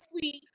sweet